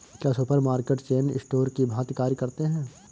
क्या supermarket chain store की भांति कार्य करते हैं?